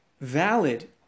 valid